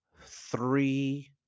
three